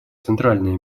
центральное